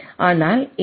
ஆனால் இந்த எல்